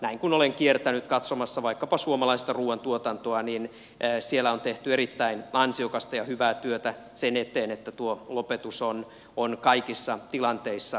näin kun olen kiertänyt katsomassa vaikkapa suomalaista ruuantuotantoa niin siellä on tehty erittäin ansiokasta ja hyvää työtä sen eteen että tuo lopetus on kaikissa tilanteissa inhimillinen